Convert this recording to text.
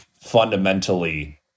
fundamentally